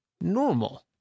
normal